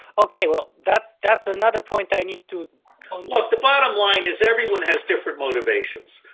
okay well, that's that's another point i need to look, the bottom line is everyone has different motivations.